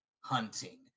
hunting